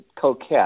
coquette